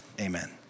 Amen